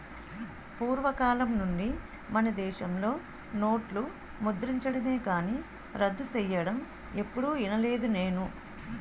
పూర్వకాలం నుండి మనదేశంలో నోట్లు ముద్రించడమే కానీ రద్దు సెయ్యడం ఎప్పుడూ ఇనలేదు నేను